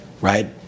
Right